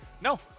No